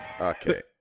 Okay